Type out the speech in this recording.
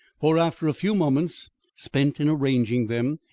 for after a few moments spent in arranging them,